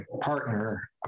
partner